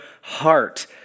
heart